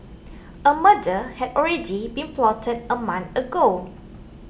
a murder had already been plotted a month ago